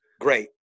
great